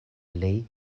plej